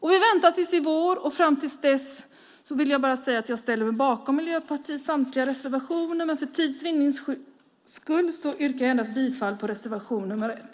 I väntan på våren och propositionen ställer jag mig bakom Miljöpartiets samtliga reservationer, men för tids vinnande yrkar jag bifall endast till reservation nr 1.